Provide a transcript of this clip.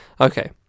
Okay